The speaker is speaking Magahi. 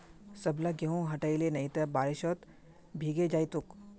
सबला गेहूं हटई ले नइ त बारिशत भीगे जई तोक